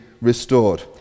restored